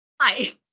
Hi